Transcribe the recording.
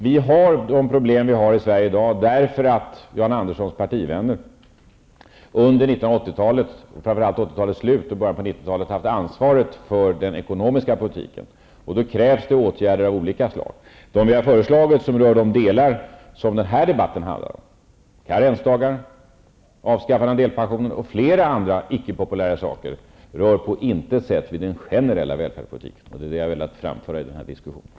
Vi har de problem vi har i Sverige i dag därför att Jan Anderssons partivänner under 1980-talet, framför allt under 80-talets slut och i början av 90 talet, haft ansvaret för den ekonomiska politiken. Nu krävs det åtgärder av olika slag. De vi har föreslagit, som rör de delar som den här debatten handlar om -- karensdagar, avskaffande av delpensionen och flera andra icke-populära saker -- rör på intet sätt den generella välfärdspolitiken. Det är det jag har velat framföra i den här diskussionen.